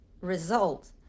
result